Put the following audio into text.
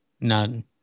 none